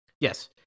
Yes